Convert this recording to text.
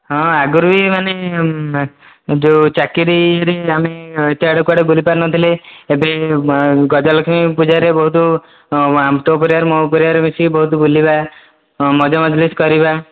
ହଁ ଆଗରୁ ବି ମାନେ ଯେଉଁ ଚାକିରୀରେ ଆମେ ଏତେ ଆଡ଼େ କୁଆଡ଼େ ବୁଲି ପାରିନଥିଲେ ଏବେ ଗଜଲକ୍ଷ୍ମୀ ପୂଜାରେ ବହୁତ ତୋ ପରିବାର ମୋ ପରିବାର ମିଶିକି ବହୁତ ବୁଲିବା ମଜା ମଜ୍ଲିସ୍ କରିବା